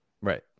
right